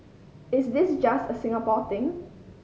is this just a Singapore thing